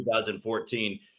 2014